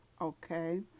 okay